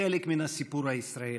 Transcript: חלק מן הסיפור הישראלי.